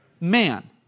man